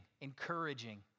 encouraging